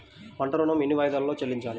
పంట ఋణం ఎన్ని వాయిదాలలో చెల్లించాలి?